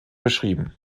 beschrieben